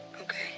okay